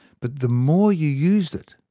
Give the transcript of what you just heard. but the more you used it,